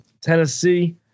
Tennessee